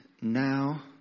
now